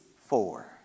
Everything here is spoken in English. four